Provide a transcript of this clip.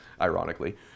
ironically